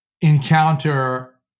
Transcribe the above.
encounter